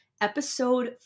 episode